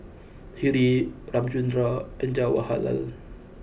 Hri Ramchundra and Jawaharlal